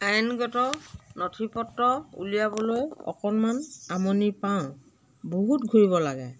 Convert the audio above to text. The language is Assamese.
আইনগত নথি পত্ৰ উলিয়াবলৈ অকণমান আমনি পাওঁ বহুত ঘূৰিব লাগে